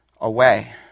away